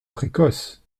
précoce